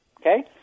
okay